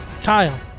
Kyle